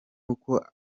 uko